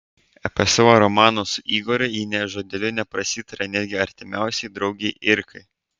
apie savo romaną su igoriu ji nė žodeliu neprasitarė netgi artimiausiai draugei irkai